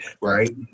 right